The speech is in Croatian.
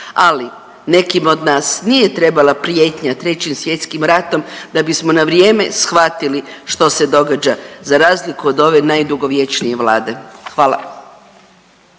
ali nekima od nas nije trebala prijetnja trećim svjetskim ratom da bismo na vrijeme shvatili što se događa za razliku od ove najdugovječnije Vlade. Hvala.